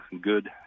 good